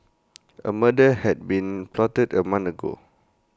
A murder had been plotted A month ago